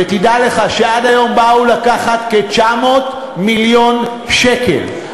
ותדע לך שעד היום באו לקחת כ-900 מיליון שקל,